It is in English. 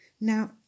Now